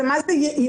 ומה זה יעילה?